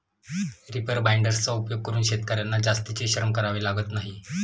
reaper बाइंडर्सचा उपयोग करून शेतकर्यांना जास्तीचे श्रम करावे लागत नाही